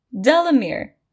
Delamere